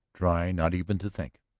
try not even to think.